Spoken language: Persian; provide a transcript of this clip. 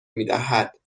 میدهد